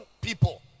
people